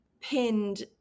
pinned